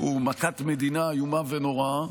הוא מכת מדינה איומה ונוראה.